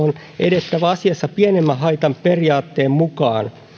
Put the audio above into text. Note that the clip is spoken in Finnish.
on edettävä asiassa pienemmän haitan periaatteen mukaan